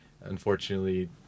unfortunately